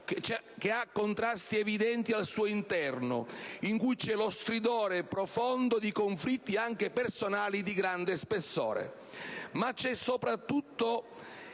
che ha contrasti evidenti al suo interno in cui c'è lo stridore profondo di conflitti, anche personali, di grande spessore.